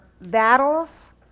battles